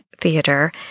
Theater